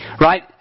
Right